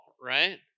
right